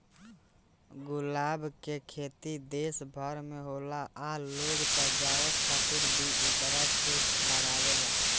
गुलाब के खेती देश भर में होला आ लोग सजावट खातिर भी एकरा के लागावेले